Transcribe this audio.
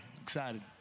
excited